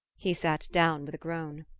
he sat down with a groan.